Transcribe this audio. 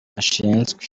ashinzwe